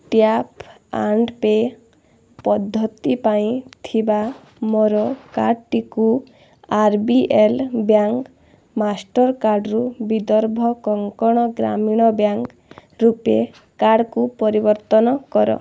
tap and pay' ପଦ୍ଧତି ପାଇଁ ଥିବା ମୋର କାର୍ଡଟିକୁ ଆର ବି ଏଲ୍ ବ୍ୟାଙ୍କ ମାଷ୍ଟରକାର୍ଡ଼ରୁ ବିଦର୍ଭ କୋଙ୍କଣ ଗ୍ରାମୀଣ ବ୍ୟାଙ୍କ ରୂପେ କାର୍ଡ଼କୁ ପରିବର୍ତ୍ତନ କର